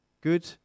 Good